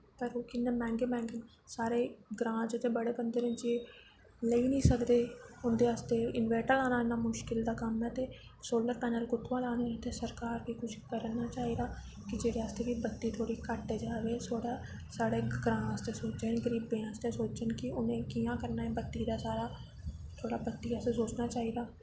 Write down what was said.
पर ओह् किन्ना मैंह्गे मैंह्गे सारे ग्रांऽ च ते बड़े बंदे न जे लेई नि सकदे उंदे आस्तै इन्वर्टर लाना इन्ना मुश्किल दा कम्म ऐ ते सोलर पैनल कुत्थोआं लाने इत्थै सरकार गी कुछ करना चाहिदा कि जेह्दे आस्तै कि बत्ती थोह्ड़ी घट जावे थोह्ड़ा साढ़े ग्रांऽ आस्तै सोचन गरीबें आस्तै सोचन कि उनें कियां करना बत्ती दा सारा थोह्ड़ा बत्ती आस्तै सोचना चाहिदा